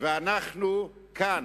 ואנחנו כאן,